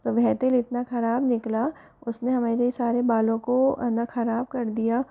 तो वह तेल इतना खराब निकला उसने मेरे सारे बालों को ख़राब कर दिया